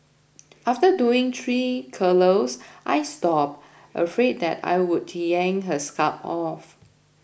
after doing three curlers I stopped afraid that I would yank her scalp off